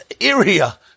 area